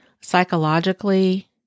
psychologically